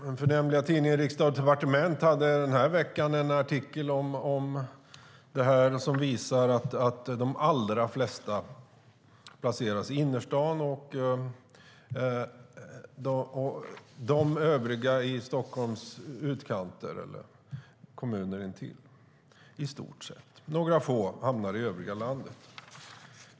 Den förnämliga tidningen Riksdag & Departement hade i veckan en artikel om att de allra flesta myndigheter placeras i innerstan och de övriga i Stockholms utkanter eller i intilliggande kommuner. Några få hamnar i övriga landet.